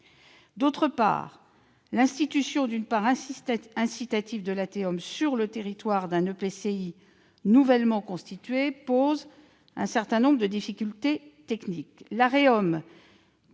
outre, l'instauration d'une part incitative de la TEOM sur le territoire d'un EPCI nouvellement constitué pose un certain nombre de difficultés techniques.